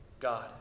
God